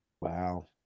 Wow